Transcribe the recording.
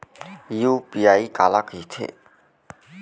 UPI काला कहिथे?